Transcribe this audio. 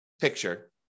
picture